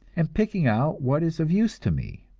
and picking out what is of use to me.